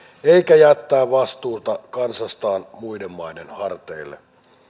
voi jättää vastuuta kansastaan muiden maiden harteille